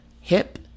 hip